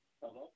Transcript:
Hello